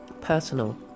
Personal